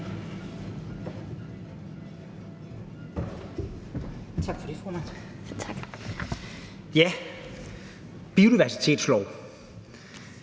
Biodiversitetslov: